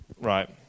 Right